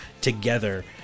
together